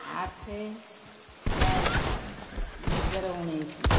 ଆଠେ ଚାରି ଦୁଇ ହଜାର ଉଣେଇଶି